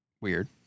weird